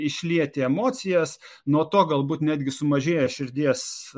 išlieti emocijas nuo to galbūt netgi sumažėja širdies